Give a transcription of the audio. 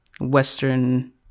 Western